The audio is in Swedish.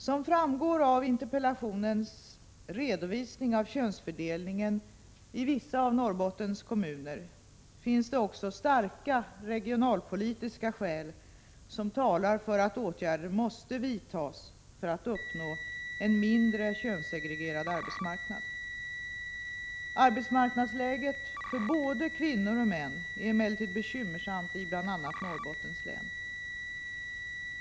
Som framgår av interpellationens redovisning av könsfördelningen i vissa av Norrbottens kommuner finns det också starka regionalpolitiska skäl som talar för att åtgärder måste vidtas för att uppnå en mindre könssegregerad Prot. 1986/87:93 arbetsmarknad. 24 mars 1987 Arbetsmarknadsläget är emellertid bekymmersamt för både kvinnor och mänibl.a. Norrbottens län.